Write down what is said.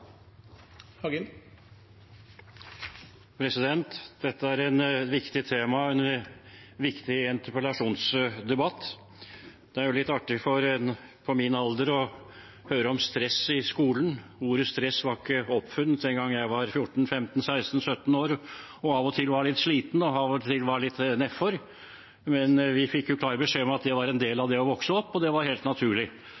litt artig for en på min alder å høre om stress i skolen. Ordet «stress» var ikke oppfunnet den gangen jeg var 14–15–16–17 år og av og til var litt sliten og av og til litt nedfor, vi fikk klar beskjed om at det var en del